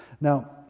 Now